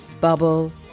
bubble